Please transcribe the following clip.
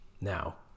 Now